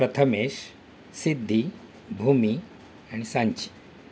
प्रथमेश सिद्धी भूमी आणि सांची